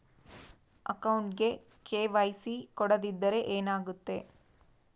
ಅಕೌಂಟಗೆ ಕೆ.ವೈ.ಸಿ ಕೊಡದಿದ್ದರೆ ಏನಾಗುತ್ತೆ?